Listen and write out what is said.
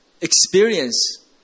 experience